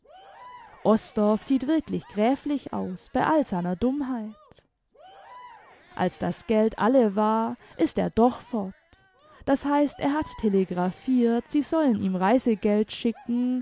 osdorff sieht wirklich gräflich aus bei all seiner dummheit als das geld alle war ist er doch fort das heißt er hat telegraphiert sie sollen ihm reisegeld schicken